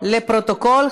לפרוטוקול,